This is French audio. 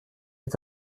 est